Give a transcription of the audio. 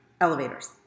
Elevators